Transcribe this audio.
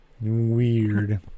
weird